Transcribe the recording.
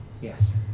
Yes